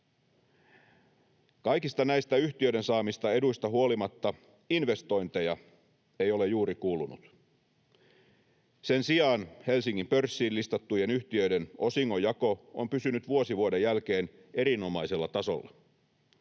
Kaikista näistä yhtiöiden saamista eduista huolimatta investointeja ei ole juuri kuulunut. Sen sijaan Helsingin pörssiin listattujen yhtiöiden osingonjako on pysynyt vuosi vuoden jälkeen erinomaisella tasolla.